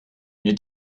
you